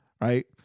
right